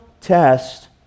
test